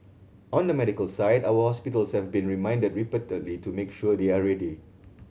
on the medical side our hospitals have been reminded repeatedly to make sure they are ready